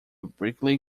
brinkley